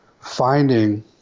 finding